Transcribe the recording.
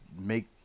make